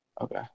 Okay